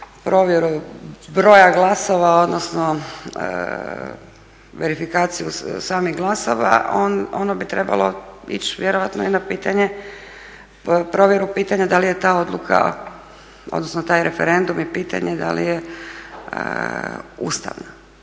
provjeru broja glasova odnosno verifikaciju samih glasova, ono bi trebalo ići vjerojatno i na provjeru pitanja da li je ta odluka odnosno taj referendum i pitanje da li je ustavno,